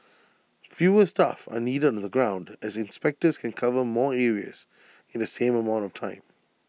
fewer staff are needed on the ground as inspectors can cover more areas in the same amount of time